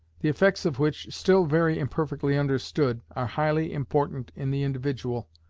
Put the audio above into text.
the effects of which, still very imperfectly understood, are highly important in the individual,